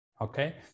okay